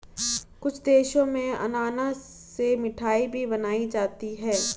कुछ देशों में अनानास से मिठाई भी बनाई जाती है